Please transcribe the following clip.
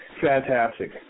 Fantastic